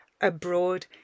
abroad